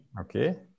Okay